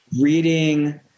reading